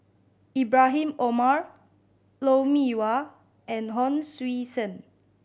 Ibrahim Omar Lou Mee Wah and Hon Sui Sen